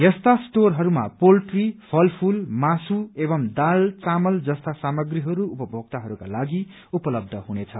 यस्ता स्टोरहरूमा पोल्ट्री फलफूल मासु एवं दाल घामल जस्ता सामग्रीहरू उपभोक्ताहरूलाई उपलव्य हुनेछ